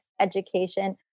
education